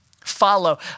follow